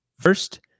First